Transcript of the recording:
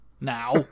now